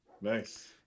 Nice